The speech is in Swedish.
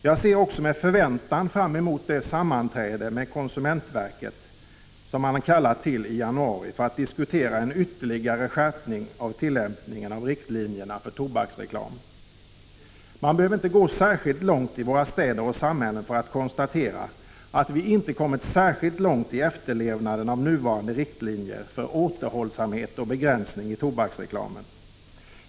Jag ser också med förväntan fram emot det sammanträde som konsumentverket kallat till i januari för att diskutera en ytterligare skärpning av tillämpningen av riktlinjerna för tobaksreklam. Man behöver inte gå omkring speciellt länge i våra städer och samhällen för att konstatera att vi inte kommit särskilt långt i efterlevnaden av nuvarande riktlinjer för återhållsamhet och begränsning när det gäller tobaksreklamen.